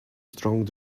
strong